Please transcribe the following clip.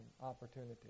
opportunity